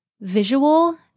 visual